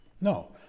No